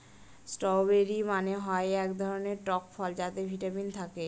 strawberry মানে হয় এক ধরনের টক ফল যাতে ভিটামিন থাকে